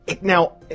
Now